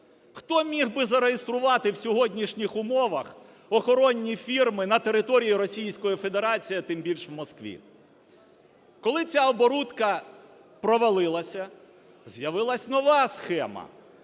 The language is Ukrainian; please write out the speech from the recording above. Хто міг би зареєструвати в сьогоднішніх умовах охоронні фірми на території Російської Федерації, а тим більше в Москві? Коли ця оборудка провалилася, з'явилася нова схема.